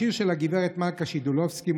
השיר של הגברת מלכה שידלובסקי,